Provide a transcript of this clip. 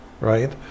right